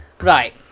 Right